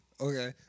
Okay